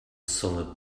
solid